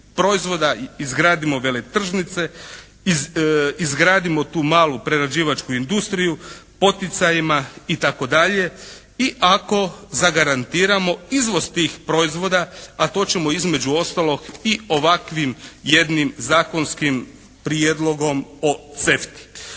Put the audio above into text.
izgradimo veletržnice, izgradimo tu malu prerađivačku industriju poticajima itd. i ako zagarantiramo izvoz tih proizvoda, a to ćemo između ostalog i ovakvim jednim zakonskim prijedlogom o CEFTA-i.